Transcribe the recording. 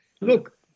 Look